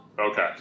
Okay